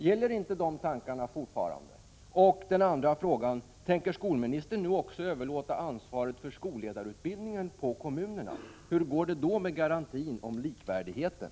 Gäller inte de tankegångarna fortfarande? skolledarutbildningen på kommunerna? Hur går det då med garantin för likvärdigheten?